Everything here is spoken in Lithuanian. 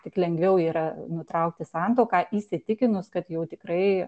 tik lengviau yra nutraukti santuoką įsitikinus kad jau tikrai